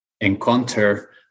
encounter